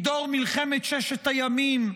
מדור מלחמת ששת הימים,